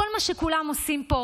כל מה שכולם עושים פה,